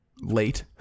late